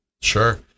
Sure